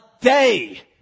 day